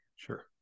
Sure